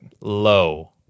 low